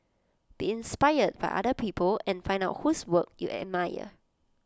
be inspired by other people and find out whose work you admire